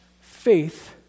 faith